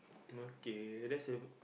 okay that's a bit